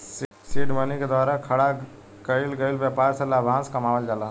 seed money के द्वारा खड़ा कईल गईल ब्यपार से लाभांस कमावल जाला